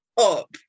up